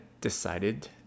decided